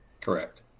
Correct